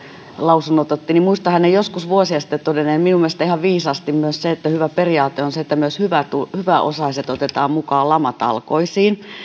lausunnot otti esiin niin muistan hänen joskus vuosia sitten todenneen minun mielestäni ihan viisaasti myös sen että hyvä periaate on se että myös hyväosaiset otetaan mukaan lamatalkoisiin